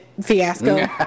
fiasco